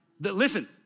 Listen